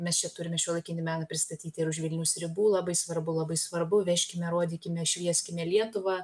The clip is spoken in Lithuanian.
mes čia turime šiuolaikinį meną pristatyti ir už vilniaus ribų labai svarbu labai svarbu vežkime rodykime švieskime lietuvą